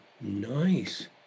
Nice